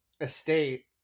estate